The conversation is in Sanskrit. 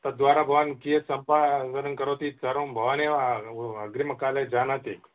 तद्वारा भवान् कियत् सम्पादनं करोतीति सर्वं भवान् एव अग्रिमकाले जानाति